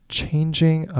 changing